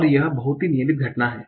और यह बहुत ही नियमित घटना है